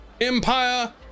Empire